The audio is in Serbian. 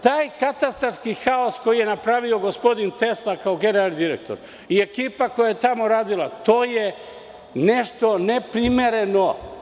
Taj katastarski haos koji je napravio gospodin Tesla kao generalni direktor i ekipa koja je tamo radila, to je nešto neprimereno.